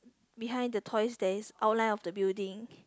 behind the toys there's outline of the building